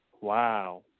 wow